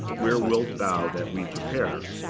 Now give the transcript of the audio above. where wilt thou that we prepare?